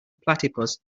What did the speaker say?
platypus